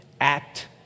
act